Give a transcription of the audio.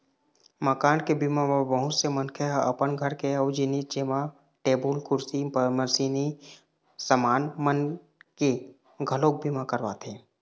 मकान के बीमा म बहुत से मनखे ह अपन घर के अउ जिनिस जेमा टेबुल, कुरसी, मसीनी समान मन के घलोक बीमा करवाथे